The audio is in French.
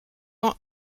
ans